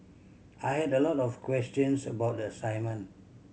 I had a lot of questions about the assignment